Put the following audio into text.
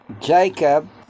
Jacob